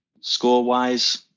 Score-wise